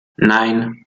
nein